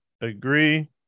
agree